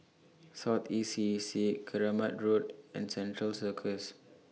South East C Keramat Road and Central Circus